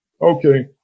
Okay